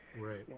Right